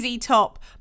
top